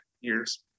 years